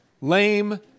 lame